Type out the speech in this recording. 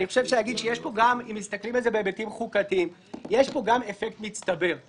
אם מסתכלים על זה בהיבטים חוקתיים יש פה גם אפקט מצטבר.